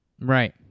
Right